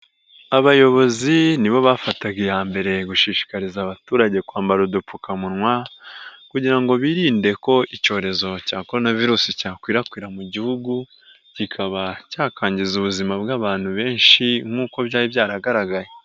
Abayobozi ni bo bafataga iya mbere gushishikariza abaturage kwambara udupfukamunwa, kugira birinde ko icyorezo cya Korona Virusi cyakwirakwira mu Gihugu, kikaba cyakanwangiza ubuzima bw'abantu benshi nk'uko byari byaragaragaye.